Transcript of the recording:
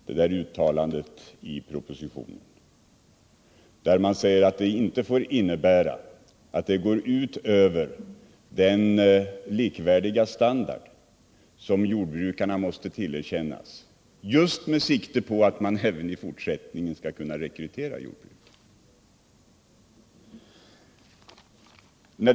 Herr talman! Jag tycker att Arne Andersson i Ljung skulle ha läst fortsättningen på uttalandet i propositionen. Där sägs att detta inte få gå ut över den likvärdiga standard som jordbrukarna måste tillerkännas just med sikte på att man även i fortsättningen skall kunna rekrytera jordbrukare.